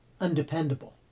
undependable